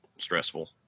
stressful